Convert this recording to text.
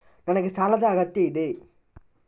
ನನಗೆ ಸಾಲದ ಅಗತ್ಯ ಇದೆ?